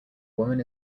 woman